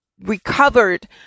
recovered